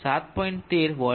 13 વોટ વહેતું થઈ ગયું છે